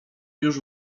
już